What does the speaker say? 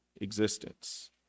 existence